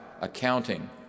accounting